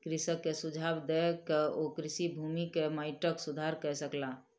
कृषक के सुझाव दय के ओ कृषि भूमि के माइटक सुधार कय सकला